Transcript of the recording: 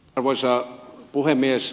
arvoisa puhemies